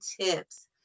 tips